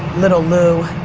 little lou,